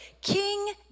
King